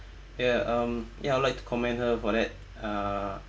ya um ya I would like to commend her for that uh